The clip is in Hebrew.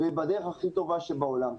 בדרך הכי טובה שבעולם.